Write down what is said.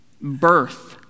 birth